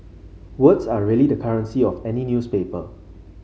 words are really the currency of any newspaper